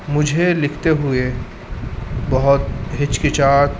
مجھے لکھتے ہوئے بہت ہچکچاہٹ